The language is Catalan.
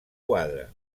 quadre